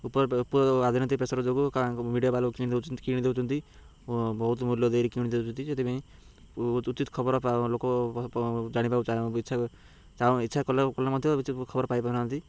ଉପର ଉପର ରାଜନୈତିକ ପ୍ରେସର ଯୋଗୁ କା ମିଡ଼ିଆବାଲାକୁ କିଣିଦଉଛନ୍ତି କିଣିଦଛନ୍ତି ବହୁତ ମୂଲ୍ୟ ଦେଇ କିଣି ଦଉଛନ୍ତି ସେଥିପାଇଁ ଉଚିତ ଖବର ଲୋକ ଜାଣିବାକୁ ଇଚ୍ଛା ଇଚ୍ଛା କଲେ କଲେ ମଧ୍ୟ ଉଚିତ ଖବର ପାଇପାରୁନାହାନ୍ତି